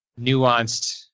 nuanced